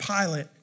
Pilate